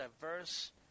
diverse